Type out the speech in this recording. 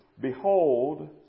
Behold